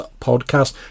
podcast